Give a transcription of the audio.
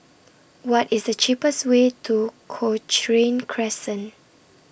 What IS The cheapest Way to Cochrane Crescent